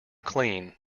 clean